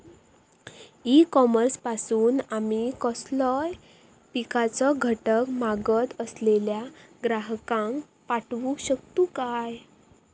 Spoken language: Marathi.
ई कॉमर्स पासून आमी कसलोय पिकाचो घटक मागत असलेल्या ग्राहकाक पाठउक शकतू काय?